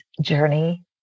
journey